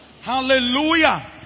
Hallelujah